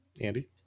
Andy